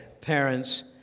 Parents